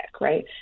right